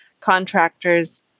contractors